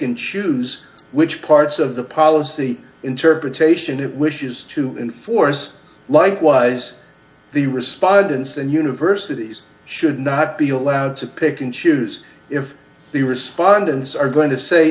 and choose which parts of the policy interpretation it wishes to enforce likewise the respondents and universities should not be allowed to pick and choose if the respondents are going to say